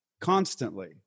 constantly